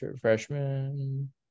freshman